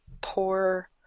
poor